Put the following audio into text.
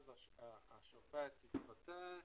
אז השופט התפטר,